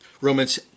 Romans